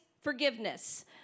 forgiveness